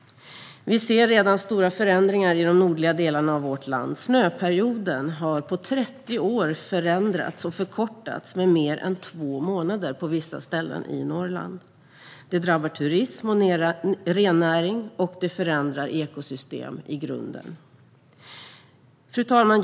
Vi ser redan stora förändringar i de nordliga delarna av vårt land. Snöperioden har på 30 år förkortats med mer än två månader på vissa ställen i Norrland. Det drabbar turism och rennäring, och det förändrar ekosystem i grunden. Fru talman!